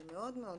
זה מאוד רחב.